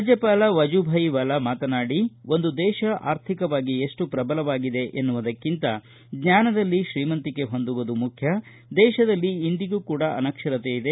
ರಾಜ್ಯಪಾಲ ವಜುಭಾಯಿ ವಾಲಾ ಮಾತನಾಡಿ ಒಂದು ದೇಶ ಆರ್ಥಿಕವಾಗಿ ಎಷ್ಟು ಪ್ರಬಲವಾಗಿದೆ ಎನ್ನುವುದಕ್ಕಿಂತ ಜ್ವಾನದಲ್ಲಿ ತ್ರೀಮಂತಿಕೆ ಹೊಂದುವುದು ಮುಖ್ಯ ದೇಶದಲ್ಲಿ ಇಂದಿಗೂ ಕೂಡ ಅನಕ್ಷರತೆ ಇದೆ